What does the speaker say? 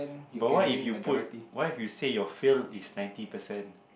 but what if you put what if you said you fail is ninety percent